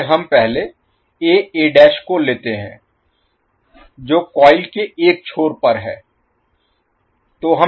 आइए हम पहले a a' को लेते हैं जो कॉइल के एक छोर पर है